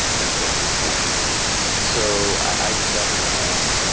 them done to be playing so i just happened to have